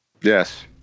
Yes